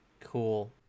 Cool